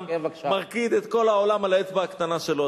מרקיד את כל העולם על האצבע הקטנה שלו.